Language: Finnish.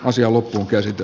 asiaa loppuunkäsite